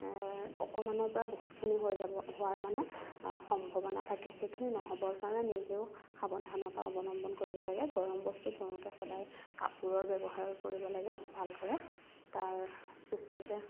অকমাণৰ পৰা বহুতখিনি হৈ যাব হোৱাৰ মানে সম্ভাৱনা থাকে সেইখিনি নহ'বৰ কাৰণে নিজেও সাৱধানতা অৱলম্বন কৰিব লাগে গৰম বস্তু ধৰোতে সদায় কাপোৰৰ ব্যৱহাৰ কৰিব লাগে ভালদৰে তাৰ পিছতে